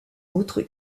autre